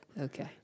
Okay